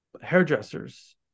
hairdressers